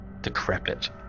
decrepit